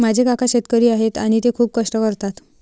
माझे काका शेतकरी आहेत आणि ते खूप कष्ट करतात